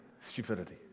stupidity